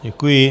Děkuji.